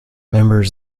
members